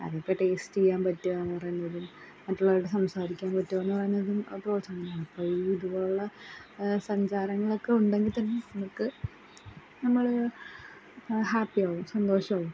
അതിപ്പം ടേയ്സ്റ്റ് ചെയ്യാൻ പറ്റുകാന്ന് പറയുന്നതും മറ്റുള്ളവരുടെ സംസാരിക്കാൻ പറ്റുവാന്ന് പറയുന്നതും പ്രോത്സാഹനമാണ് അപ്പം ഈ ഇതുപോലുള്ള സഞ്ചാരങ്ങളക്കെ ഉണ്ടെങ്കിത്തന്നെ നമുക്ക് നമ്മൾ ഹാപ്പ്യാകും സന്തോഷാവും